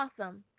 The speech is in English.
awesome